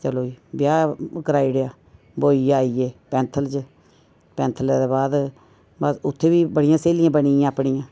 चलो जी ब्याह कराई ओड़ेआ ब्होइयै आई गे पैंथल च पैंथलै दा बाद उत्थैं बी बड़ियां स्हेलियां बनी गेइयां अपनियां